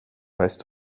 weißt